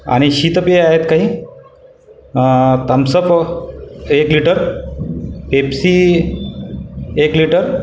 आणि शीतपेये आहेत काही थम्सअप एक लिटर पेप्सी एक लिटर